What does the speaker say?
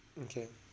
okay